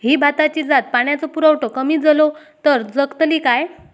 ही भाताची जात पाण्याचो पुरवठो कमी जलो तर जगतली काय?